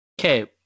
Okay